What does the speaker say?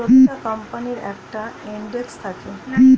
প্রতিটা কোম্পানির একটা ইন্ডেক্স থাকে